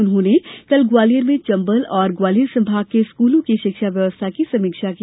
उन्होंने कल ग्वालियर में चम्बल और ग्वालियर संभाग के स्कूलों की शिक्षा व्यवस्था की समीक्षा की